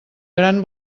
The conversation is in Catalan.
gran